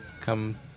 come